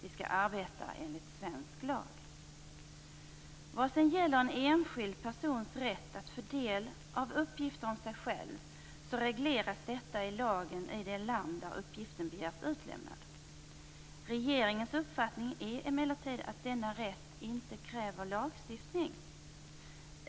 Vi skall arbeta enligt svensk lag. En enskild persons rätt att få del av uppgifter om sig själv regleras i lagen i det land där uppgiften begärs utlämnad. Regeringens uppfattning är emellertid att denna rätt inte kräver lagstiftning.